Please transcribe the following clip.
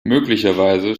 möglicherweise